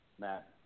Matt